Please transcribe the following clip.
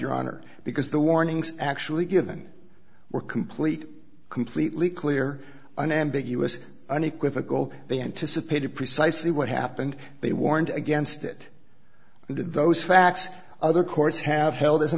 your honor because the warnings actually given were complete completely clear unambiguous unequivocal they anticipated precisely what happened they warned against it and those facts other courts have held as a